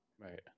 right